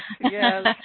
yes